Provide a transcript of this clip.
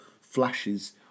flashes